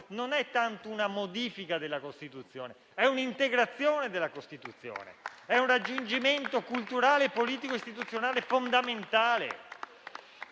tratta tanto di una modifica della Costituzione, ma di una integrazione della Costituzione. È un raggiungimento culturale, politico e costituzionale fondamentale.